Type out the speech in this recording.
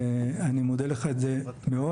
ואני מודה לך על זה מאוד.